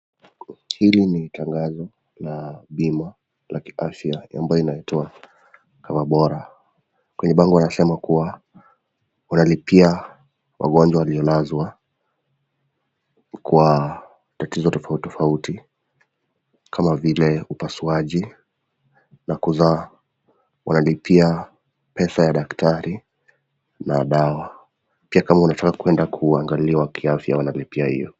Hili ni tangazo la bima la kiafya ambalo linaloitwa Cover Bora. Kwenye bango wanasema kuwa wanalipia wagonjwa walionazwa kwa matatizo tofauti tofauti kama vile upasuaji na kuzaa. Wanalipia pesa ya daktari na dawa. Pia kama unataka kwenda kuangaliwa kiafya wanalipia hiyo.